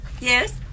Yes